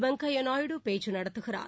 வெங்கையா நாயுடு பேச்சு நடத்துகிறார்